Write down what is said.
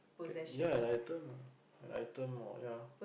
ya an item ah an item or ya